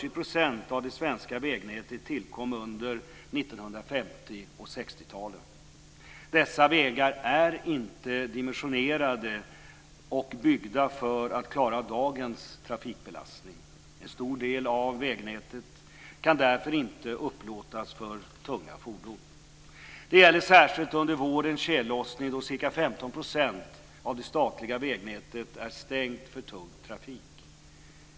och 1960-talen. Dessa vägar är inte dimensionerade för att klara dagens trafikbelastning. En stor del av vägnätet kan därför inte upplåtas för tunga fordon. Det gäller särskilt under våren och tjällossningen då ca 15 % av det statliga vägnätet är stängt för tung trafik.